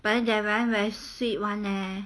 but then they're very very sweet [one] leh